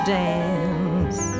dance